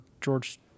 George